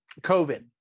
COVID